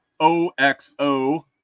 OXO